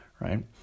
right